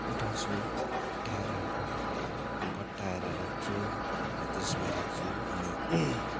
उठाउँछु उठाएर पट्याएर राख्छु हो त्यसमा राख्छु अनि